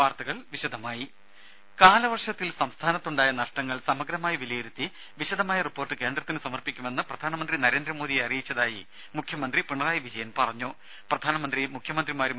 വാർത്തകൾ വിശദമായി കാലവർഷത്തിൽ സംസ്ഥാനത്തുണ്ടായ നഷ്ടങ്ങൾ സമഗ്രമായി വിലയിരുത്തി വിശദമായ റിപ്പോർട്ട് കേന്ദ്രത്തിനു സമർപ്പിക്കുമെന്ന് പ്രധാനമന്ത്രി നരേന്ദ്രമോഡിയെ അറിയിച്ചതായി മുഖ്യമന്ത്രി പിണറായി മുഖ്യമന്ത്രിമാരുമായി വിജയൻ പ്രധാനമന്ത്രി പറഞ്ഞു